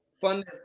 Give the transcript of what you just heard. fund